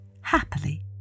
happily